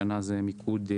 השנה יש מיקוד על